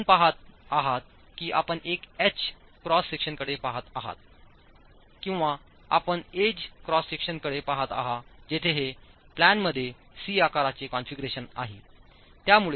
आपण पहात आहात का आपणएकएच क्रॉस सेक्शनकडे पहात आहात किंवा आपण edge क्रॉस सेक्शनकडे पहात आहात जेथे हे प्लॅनमध्ये सी आकाराचे कॉन्फिगरेशन आहे